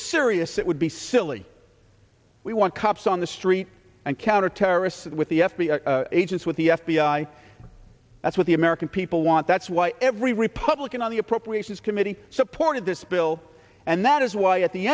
serious it would be silly we want cops on the street and counter terrorists with the f b i agents with the f b i that's what the american people want that's why every republican on the appropriations committee supported this bill and that is why at the